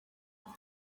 muri